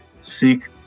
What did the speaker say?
seek